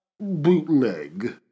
bootleg